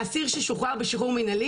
לאסיר ששוחרר בשיחרור מנהלי,